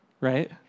right